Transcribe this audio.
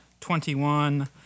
twenty-one